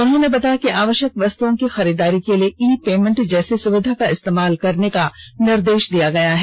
उन्होंने बताया कि आवष्यक वस्तुओं की खरीदारी के लिए ई पेमेंट जैसी सुविधा का इस्तेमाल करने का निर्देष दिया गया है